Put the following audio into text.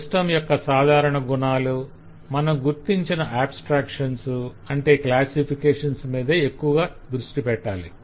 system యొక్క సాధారణ గుణాలు మనం గుర్తించిన ఆబస్ట్రాక్షన్స్ అంటే క్లాసిఫికేషన్స్ మీద ఎక్కువ దృష్టి పెట్టాలి